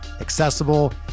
accessible